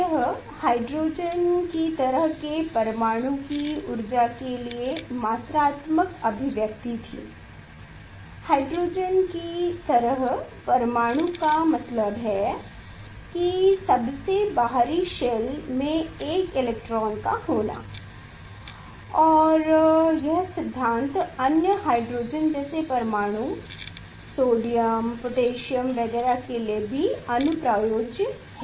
यह हाइड्रोजन की तरह के परमाणु की ऊर्जा के लिए मात्रात्मक अभिव्यक्ति थी हाइड्रोजन की तरह परमाणु का मतलब है कि सबसे बाहरी शेल में एक इलेक्ट्रॉन होगा और यह सिद्धांत अन्य हाइड्रोजन जैसे परमाणु सोडियम पोटेशियम वगैरह के लिए भी अनुप्रयोज्य है